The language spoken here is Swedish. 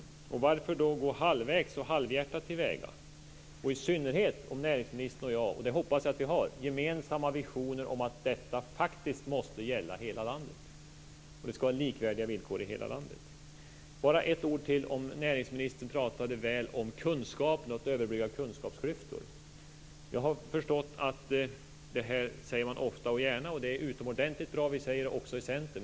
Varför skall man då gå halvvägs och halvhjärtat till väga, i synnerhet om näringsministern och jag - och det hoppas jag - har gemensamma visioner om att detta faktiskt måste gälla hela landet och att det skall vara likvärdiga villkor i hela landet? Jag vill bara ta upp en sak till. Näringsministern talade väl om kunskapen och att överbrygga kunskapsklyftor. Jag har förstått att detta är något man säger ofta och gärna, och det är utomordentligt bra; vi säger det också i Centern.